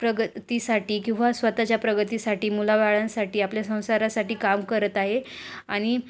प्रगतीसाठी किंवा स्वतःच्या प्रगतीसाठी मुलाबाळांसाठी आपल्या संसारासाठी काम करत आहे आणि